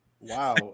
Wow